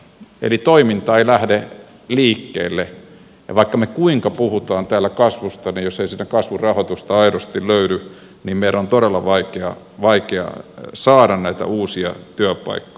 eli toiminta ei lähde liikkeelle ja vaikka me kuinka puhumme täällä kasvusta niin jos ei sinne kasvuun rahoitusta aidosti löydy niin sitten meidän on todella vaikea saada näitä uusia työpaikkoja